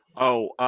oh,